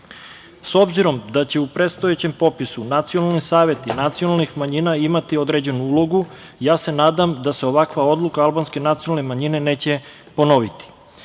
obzirom da će u predstojećem popisu nacionalni saveti nacionalnih manjina imati određenu ulogu, nadam se da se ovakva uloga albanske nacionalne manjine neće ponoviti. Zbog